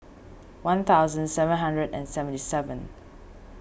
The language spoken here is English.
one thousand seven hundred and seventy seven